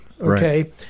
Okay